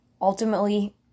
ultimately